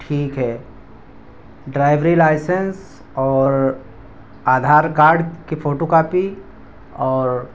ٹھیک ہے ڈرائیوری لائیسنس اور آدھار کارڈ کی فوٹو کاپی اور